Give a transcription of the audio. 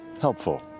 helpful